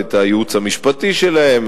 הייעוץ המשפטי שלהן,